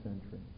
century